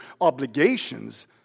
Obligations